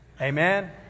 Amen